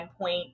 point